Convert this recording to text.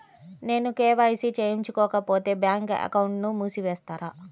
నేను కే.వై.సి చేయించుకోకపోతే బ్యాంక్ అకౌంట్ను మూసివేస్తారా?